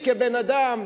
האנושית, כבן-אדם,